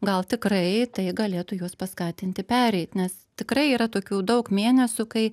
gal tikrai tai galėtų juos paskatinti pereit nes tikrai yra tokių daug mėnesių kai